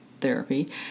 therapy